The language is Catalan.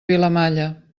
vilamalla